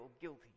guilty